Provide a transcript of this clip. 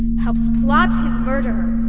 helps plot his murder.